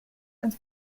and